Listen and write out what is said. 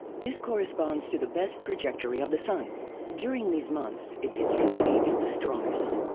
this corresponds to the best trajectory of the sun during these months, its intensity is the strongest.